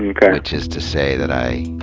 yeah which is to say that i